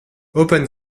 open